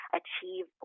achieve